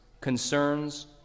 concerns